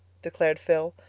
declared phil,